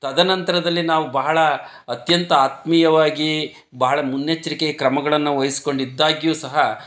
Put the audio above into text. ತದನಂತರದಲ್ಲಿ ನಾವು ಬಹಳ ಅತ್ಯಂತ ಆತ್ಮೀಯವಾಗಿ ಬಹಳ ಮುನ್ನೆಚ್ಚರಿಕೆಯ ಕ್ರಮಗಳನ್ನು ವಹಿಸಿಕೊಂಡಿದ್ದಾಗಿಯೂ ಸಹ